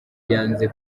yanze